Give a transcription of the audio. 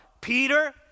Peter